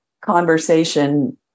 conversation